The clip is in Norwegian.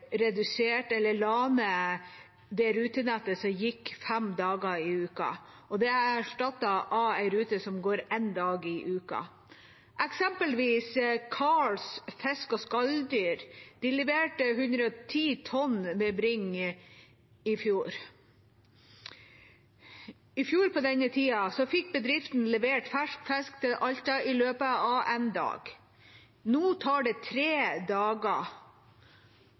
rutenettet som gikk fem dager i uka. Det er erstattet av en rute som går én dag i uka. Et eksempel: Karls Fisk og Skalldyr leverte 110 tonn med Bring i fjor. I fjor på denne tida fikk bedriften levert fersk fisk til Alta i løpet av en dag. Nå tar det tre dager.